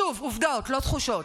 שוב, עובדות, לא תחושות.